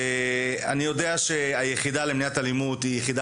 ואני יודע שהיחידה למניעת אלימות היא יחידה